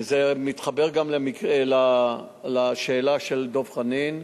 וזה מתחבר גם לשאלה של דב חנין,